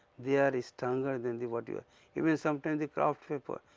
they are stronger than the, what you are even some time the kraft paper,